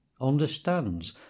understands